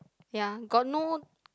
ya got no